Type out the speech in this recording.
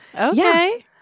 Okay